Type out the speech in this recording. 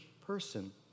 person